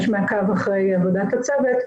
יש מעקב אחרי עבודת הצוות,